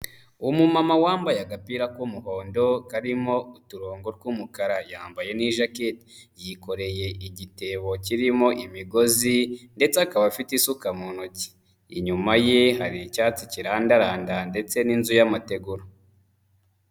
Umumama wambaye agapira k'umuhondo karimo uturongo tw'umukara yambaye n'ijakete, yikoreye igitebo kirimo imigozi ndetse akaba afite isuka mu ntoki, inyuma ye hari icyatsi kirandaranda ndetse n'inzu y'amategura.